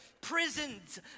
prisons